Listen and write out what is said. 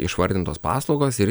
išvardintos paslaugos iri